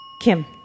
Kim